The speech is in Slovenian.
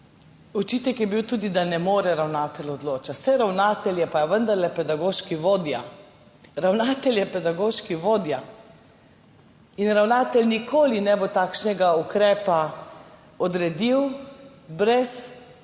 Očitek je bil tudi, da ne more ravnatelj odločati. Saj ravnatelj je pa vendarle pedagoški vodja! Ravnatelj je pedagoški vodja in ravnatelj nikoli ne bo takšnega ukrepa odredil brez učiteljskega